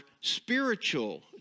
spiritual